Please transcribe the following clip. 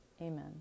Amen